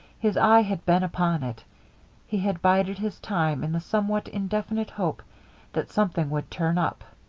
his eye had been upon it he had bided his time in the somewhat indefinite hope that something would turn up.